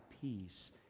peace